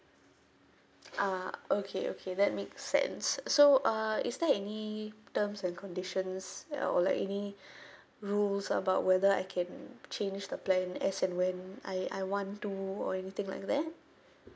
ah okay okay that makes sense so uh is there any terms and conditions or like any rules about whether I can change the plan as and when I I want to or anything like that